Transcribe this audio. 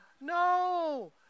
No